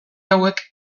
hauek